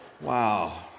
Wow